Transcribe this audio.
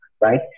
right